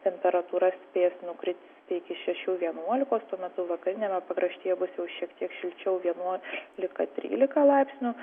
temperatūra spės nukristi iki šešių vienuolikos tuo metu vakariniame pakraštyje bus jau šiek tiek šilčiau vienuolika trylika laipsnių